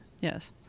Yes